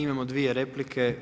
Imamo dvije replike.